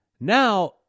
Now